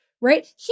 Right